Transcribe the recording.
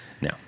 No